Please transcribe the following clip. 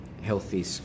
Healthy